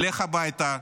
לך הביתה.